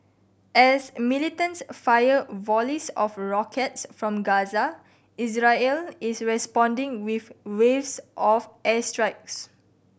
as militants fire volleys of rockets from Gaza Israel is responding with waves of airstrikes